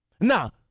Now